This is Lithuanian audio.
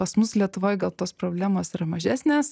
pas mus lietuvoj gal tos problemos yra mažesnės